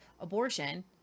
abortion